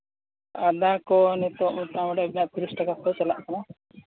ᱟᱫᱟ ᱠᱚ ᱱᱤᱛᱚᱜ ᱢᱳᱴᱟᱢᱩᱴᱤ ᱤᱧᱟᱹᱜ ᱛᱤᱨᱤᱥ ᱴᱟᱠᱟ ᱠᱷᱚᱱ ᱪᱟᱞᱟᱜ ᱠᱟᱱᱟ